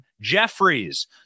Jeffries